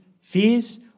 fears